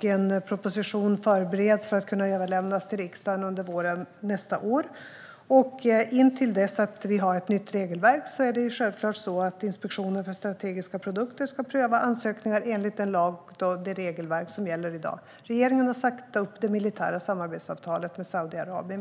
En proposition förbereds för att kunna överlämnas till riksdagen under våren nästa år. Intill dess att vi har ett nytt regelverk är det självklart så att Inspektionen för strategiska produkter ska pröva ansökningar enligt den lag och det regelverk som gäller i dag. Regeringen har sagt upp det militära samarbetsavtalet med Saudiarabien.